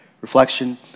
reflection